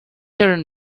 and